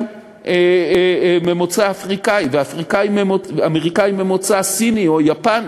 ואמריקנים ממוצא אפריקני ואמריקנים ממוצא סיני או יפני